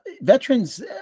Veterans